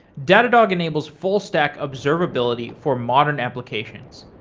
datadog enables full stack observability for modern applications.